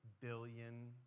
billion